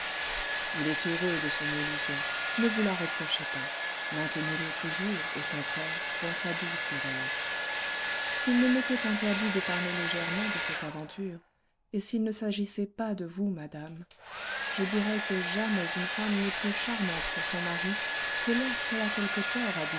il est heureux de son illusion ne vous la reprochez pas maintenez le